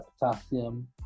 potassium